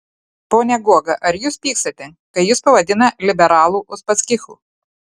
pone guoga ar jūs pykstate kai jus pavadina liberalų uspaskichu